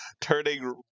turning